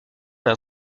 dans